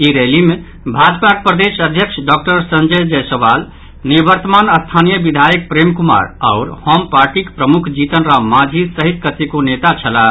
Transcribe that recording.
ई रैली मे भाजपाक प्रदेश अध्यक्ष डॉक्टर संजय जायसवाल निवर्तमान स्थानीय विधायक प्रेम कुमार आओर हम पार्टीक प्रमुख जीतन राम मांझी सहित कतेको नेता छलाह